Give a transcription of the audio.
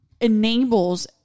enables